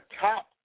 top